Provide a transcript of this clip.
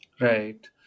Right